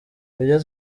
ibyo